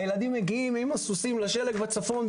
הילדים מגיעים עם הסוסים לשלג בצפון,